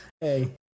Hey